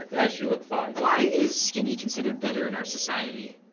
dash, you look fine. why is skinny considered better in our society?